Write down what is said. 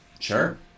Sure